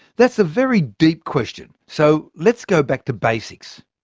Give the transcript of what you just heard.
that's a very deep question, so let's go back to basics.